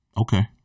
okay